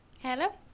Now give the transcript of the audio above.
Hello